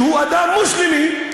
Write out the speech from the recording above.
שהוא אדם מוסלמי,